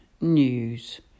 News